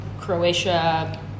Croatia